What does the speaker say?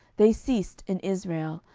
they ceased in israel,